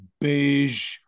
beige